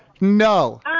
No